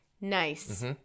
Nice